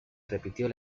repitió